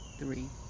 three